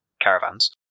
caravans